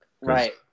Right